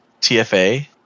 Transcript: TFA